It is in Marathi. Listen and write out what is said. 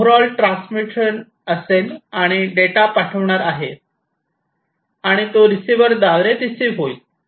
हे ओव्हर ऑल ट्रान्समीटर असेल आणि डेटा पाठवणार आहे आणि तो रिसिवर द्वारे रिसिव होईल